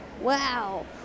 Wow